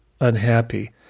unhappy